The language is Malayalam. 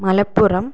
മലപ്പുറം